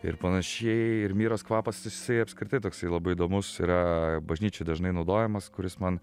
ir panašiai ir miros kvapas jis apskritai toksai labai įdomus yra bažnyčioj dažnai naudojamas kuris man